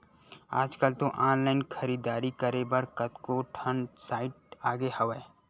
आजकल तो ऑनलाइन खरीदारी करे बर कतको ठन साइट आगे हवय